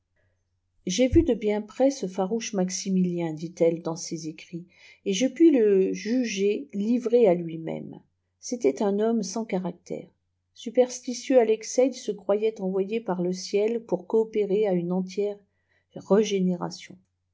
ai vu de bien prés ce farouche maximiliert dit-elle dans seé écrîts ef j'ai pu h juger livré à lui-même c'était un homme sans bâraciëre supertitieux â l'excès il se croyait envoyé par le ciel pùur coèpérer â une entière régénération